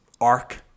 arc